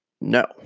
No